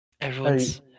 Everyone's